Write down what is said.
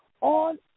on